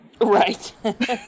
Right